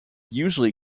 usually